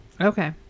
Okay